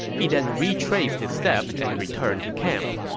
he then retraced his steps and returned to camp.